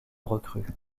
recrue